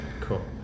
cool